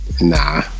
nah